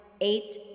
eight